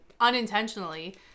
unintentionally